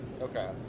Okay